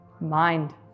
mind